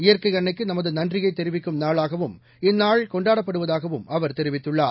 இயற்கை அன்னைக்கு நமது நன்றியை தெரிவிக்கும் நாளாகவும் இந்நாள் கொண்டாடப்படுவதாகவும் அவர் தெரிவித்துள்ளார்